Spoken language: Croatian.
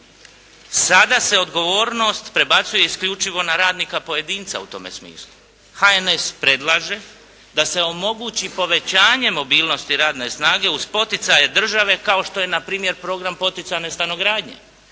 Sada se odgovornost prebacuje isključivo na radnika pojedinca u tom smislu. HNS predlaže da se omogući povećanje mobilnosti radne snage uz poticaje države kao što je npr. program poticane stanogradnje.